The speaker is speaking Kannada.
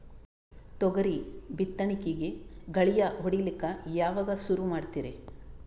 ತೊಗರಿ ಬಿತ್ತಣಿಕಿಗಿ ಗಳ್ಯಾ ಹೋಡಿಲಕ್ಕ ಯಾವಾಗ ಸುರು ಮಾಡತೀರಿ?